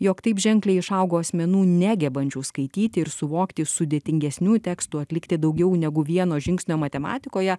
jog taip ženkliai išaugo asmenų negebančių skaityti ir suvokti sudėtingesnių tekstų atlikti daugiau negu vieno žingsnio matematikoje